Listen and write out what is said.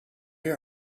your